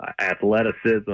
athleticism